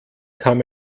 kam